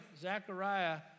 Zechariah